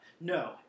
No